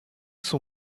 son